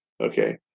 Okay